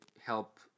help